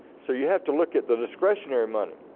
so you have to look at the discretionary money.